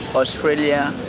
australia